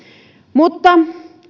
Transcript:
mutta